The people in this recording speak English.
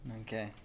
Okay